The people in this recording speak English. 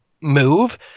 move